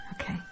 Okay